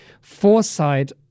Foresight